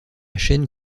chaîne